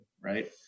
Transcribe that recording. right